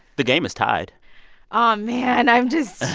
the game is tied ah man. i'm just.